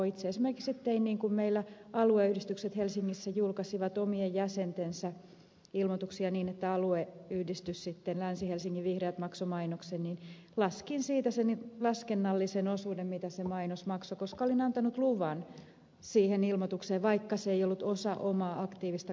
itse esimerkiksi tein niin kun meillä alueyhdistykset helsingissä julkaisivat omien jäsentensä ilmoituksia niin että alueyhdistys sitten länsi helsingin vihreät maksoi mainoksen että laskin siitä sen laskennallisen osuuden mitä se mainos maksoi koska olin antanut luvan siihen ilmoitukseen vaikka se ei ollut osa omaa aktiivista kampanjaani ollenkaan